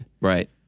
Right